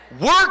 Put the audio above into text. Work